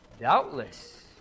Doubtless